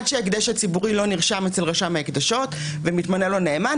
עד שההקדש הציבורי נרשם אצל רשם ההקדשות ומתמנה לו נאמן,